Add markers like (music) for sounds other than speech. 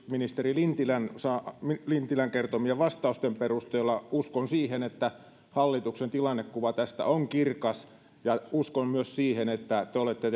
ministeri lintilän kertomien vastausten perusteella uskon siihen että hallituksen tilannekuva tästä on kirkas ja uskon myös siihen että te olette (unintelligible)